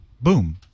Boom